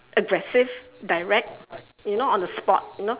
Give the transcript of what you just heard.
aggressive direct you know on the spot you know